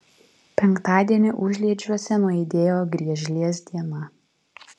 penktadienį užliedžiuose nuaidėjo griežlės diena